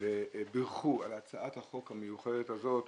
ובירכו על הצעת החוק המיוחדת הזאת,